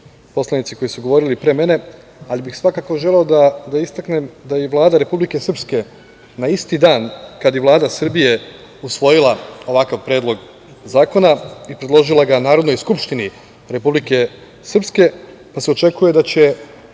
poslanici koji su govorili pre mene, ali bih svakako želeo da istaknem da i Vlada Republike Srbije na isti dan, kada i Vlada Srbije usvojila ovakav predlog zakona i predložila ga Narodnoj skupštini Republike Srpske, pa, se očekuje da će